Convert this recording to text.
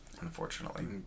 unfortunately